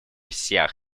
всех